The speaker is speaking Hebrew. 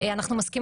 אבל גם אחר כך